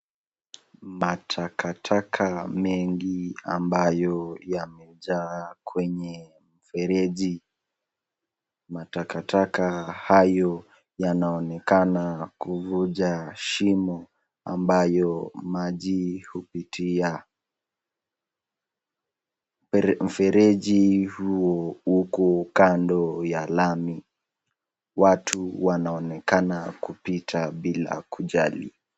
Matakataka mengi ambayo yamejaa kwenye mfereji. Matakataka hayo yanaonekana kuvuja shimo ambayo maji hupitia. Mfereji huo uko kando ya lami. Watu wanaonekana kupita bila kujali.